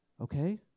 okay